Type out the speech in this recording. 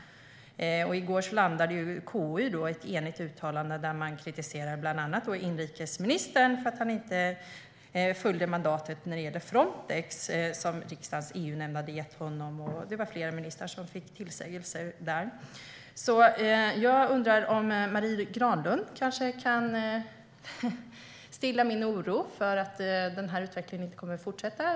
I går gjorde KU ett enigt uttalande där de kritiserade bland andra inrikesministern för att han inte följde mandatet som riksdagens EU-nämnd hade gett honom när det gällde Frontex. Flera ministrar fick tillsägelser. Kan Marie Granlund stilla min oro över om den utvecklingen kommer att fortsätta?